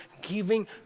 giving